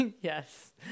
Yes